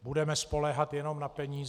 Budeme spoléhat jenom na peníze?